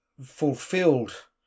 fulfilled